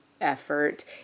effort